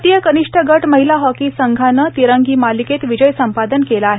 भारतीय कनिष्ट गट महिला हॉकी संघानं तिरंगी मालिकेत विजय संपादन केला आहे